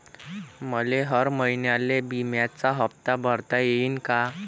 मले हर महिन्याले बिम्याचा हप्ता भरता येईन का?